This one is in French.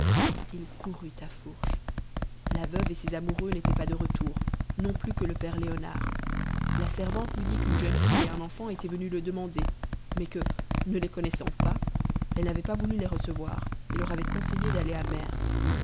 il courut à fourche la veuve et ses amoureux n'étaient pas de retour non plus que le père léonard la servante lui dit qu'une jeune fille et un enfant étaient venus le demander mais que ne les connaissant pas elle n'avait pas voulu les recevoir et leur avait conseillé d'aller